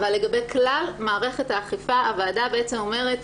אבל לגבי כלל מערכת האכיפה הוועדה בעצם אומרת,